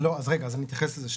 אני אתייחס לזה.